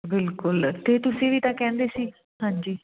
ਬਿਲਕੁਲ ਅਤੇ ਤੁਸੀਂ ਵੀ ਤਾਂ ਕਹਿੰਦੇ ਸੀ ਹਾਂਜੀ